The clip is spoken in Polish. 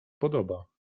podoba